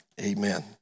amen